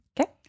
Okay